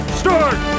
Start